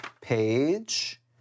page